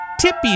Tippy